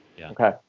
Okay